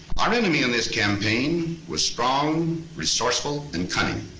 our enemy in this campaign was strong, resourceful, and cunning,